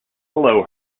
below